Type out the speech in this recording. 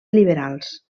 liberals